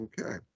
Okay